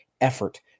effort